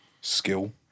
skill